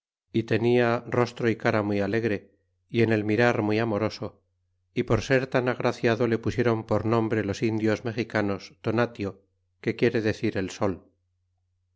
é tenia e rostro y cara muy alegre y en el mirar muy amoroso é por ser tan agraciado le pusieron por nombre los indios mexicanos tonatio que quiere decir el sol